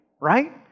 right